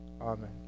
Amen